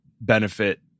benefit